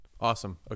awesome